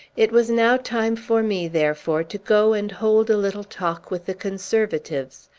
it was now time for me, therefore, to go and hold a little talk with the conservatives,